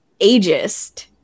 ageist